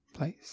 place